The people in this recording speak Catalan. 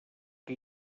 que